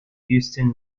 houston